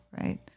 right